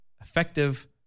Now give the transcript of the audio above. effective